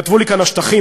כתבו לי כאן "השטחים",